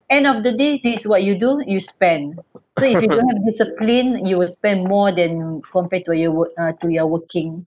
end of the day this is what you do you spend so if you don't have discipline you will spend more than compared to your work uh to your working